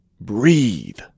breathe